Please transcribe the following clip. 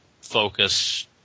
focus